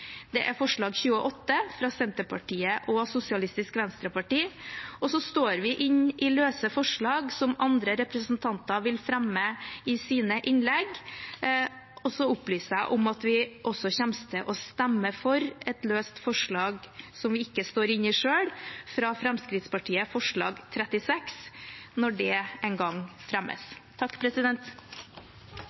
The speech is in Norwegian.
det er forslag nr. 28, fra Senterpartiet og Sosialistisk Venstreparti, og så står vi inne i løse forslag som andre representanter vil ta opp i sine innlegg. Så opplyser jeg om at vi også kommer til å stemme for et løst forslag som vi ikke står inne i selv, forslag nr. 36 fra Fremskrittspartiet.